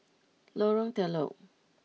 Lorong Telok